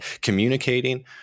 Communicating